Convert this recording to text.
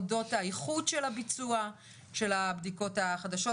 אודות האיכות של הביצוע של הבדיקות החדשות.